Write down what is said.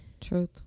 Truth